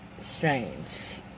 strange